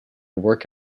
work